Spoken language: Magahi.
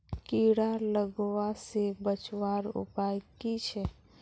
कीड़ा लगवा से बचवार उपाय की छे?